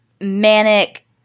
manic